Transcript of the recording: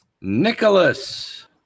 Nicholas